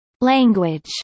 Language